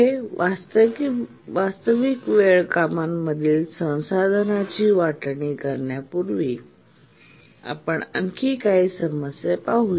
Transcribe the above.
पुढे वास्तविक वेळ कामांमधील संसाधनाची वाटणी करण्यापूर्वी आपण आणखी काही समस्या पाहू